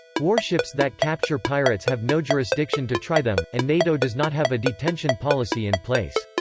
warships that capture pirates have no jurisdiction to try them, and nato does not have a detention policy in place.